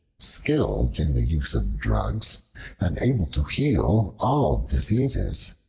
skilled in the use of drugs and able to heal all diseases.